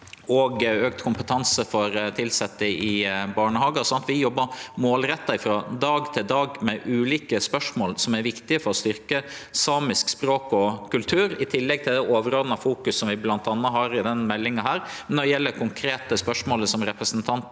og auka kompetanse for tilsette i barnehagar. Vi jobbar målretta frå dag til dag med ulike spørsmål som er viktige for å styrkje samisk språk og kultur, i tillegg til det overordna fokuset vi bl.a. har i denne meldinga. Når det gjeld det konkrete spørsmålet som representanten